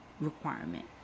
requirement